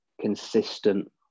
consistent